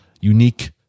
unique